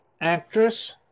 actress